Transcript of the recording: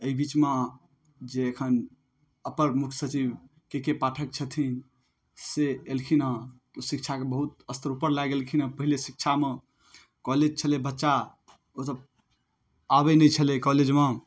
अइ बीचमे जे एखन अपर मुख्य सचिव के के पाठक छथिन से एलखिन हँ शिक्षामे बहुत स्तर उपर लए गेलखिन हँ पहिले शिक्षामे कॉलेज छलै बच्चा ओसब आबै नहि छलै कॉलेजमे